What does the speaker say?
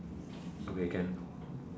okay can